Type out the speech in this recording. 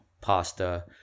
pasta